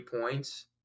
points